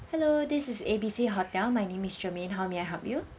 hello this is A B C hotel my name is germaine how may I help you